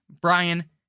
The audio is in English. Brian